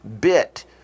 bit